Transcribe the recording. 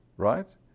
Right